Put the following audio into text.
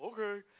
okay